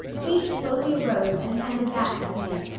kate slowly arose and handed back the deed.